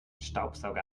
staubsauger